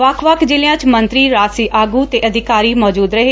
ਵੱਖ ਵੱਖ ਜ਼ਿਲ੍ਹਿਾਂ ਚ ਮੰਤਰੀ ਰਾਜਸੀ ਆਗੁ ਤੇ ਅਧਿਕਾਰੀ ਮੌਜੁਦ ਰਹੇ